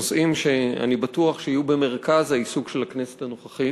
נושאים שאני בטוח שיהיו במרכז העיסוק של הכנסת הנוכחית.